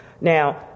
Now